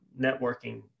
networking